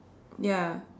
ya